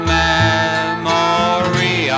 memory